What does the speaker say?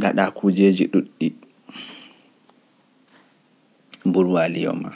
ngaɗa kujeeji ɗuuɗɗi, mburwa liyo ma.